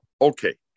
okay